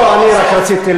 בשביל זה צריך להביע